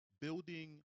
building